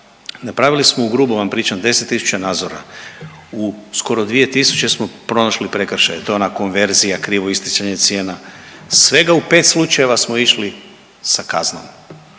Napravili smo, ugrubo vam pričam, 10 tisuća nadzora, u skoro 2 tisuće smo pronašli prekršaje i to ona konverzija, krivo isticanje cijena, svega u 5 slučajeva smo išli sa kaznom